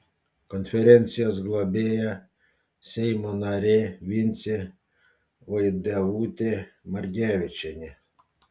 konferencijos globėja seimo narė vincė vaidevutė margevičienė